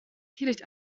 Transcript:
teelicht